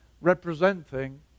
representing